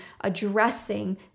addressing